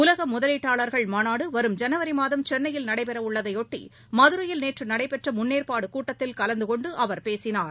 உலகமுதலீட்டாளர்கள் மாநாடு வரும் ஜனவரிமாதம் சென்னையில் நடைபெறவுள்ளதையொட்டி மதுரையில் நேற்றுநடைபெற்றமுன்னேற்பாடுகூட்டத்தில் கலந்துகொண்டுஅவர் பேசினார்